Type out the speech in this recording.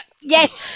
yes